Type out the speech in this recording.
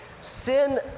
Sin